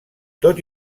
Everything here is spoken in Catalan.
tot